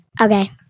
Okay